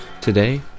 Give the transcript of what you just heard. Today